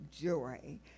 joy